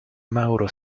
mauro